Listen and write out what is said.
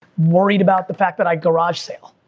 worried about the fact that i garage sale.